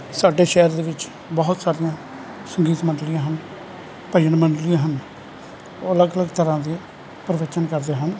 ਸਾਡੇ ਸ਼ਹਿਰ ਦੇ ਵਿੱਚ ਬਹੁਤ ਸਾਰੀਆਂ ਸੰਗੀਤ ਮੰਡਲੀਆਂ ਹਨ ਭਜਨ ਮੰਡਲੀਆਂ ਹਨ ਉਹ ਅਲੱਗ ਅਲੱਗ ਤਰ੍ਹਾਂ ਦੇ ਪ੍ਰਦਰਸ਼ਨ ਕਰਦੇ ਹਨ